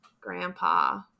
Grandpa